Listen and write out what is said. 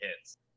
hits